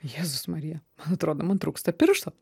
jėzus marija man atrodo man trūksta piršto